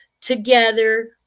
together